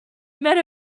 met